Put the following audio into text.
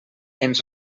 ens